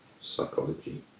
Psychology